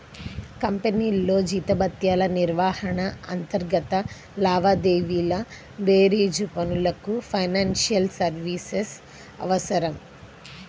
కంపెనీల్లో జీతభత్యాల నిర్వహణ, అంతర్గత లావాదేవీల బేరీజు పనులకు ఫైనాన్షియల్ సర్వీసెస్ అవసరం